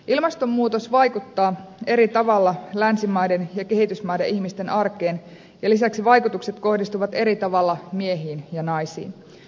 ilmastonmuutos vaikuttaa eri tavalla länsimaiden ja kehitysmaiden ihmisten arkeen ja lisäksi vaikutukset kohdistuvat eri tavalla miehiin ja naisiin